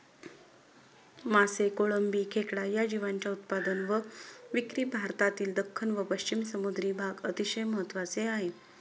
मासे, कोळंबी, खेकडा या जीवांच्या उत्पादन व विक्री भारतातील दख्खन व पश्चिम समुद्री भाग अतिशय महत्त्वाचे आहे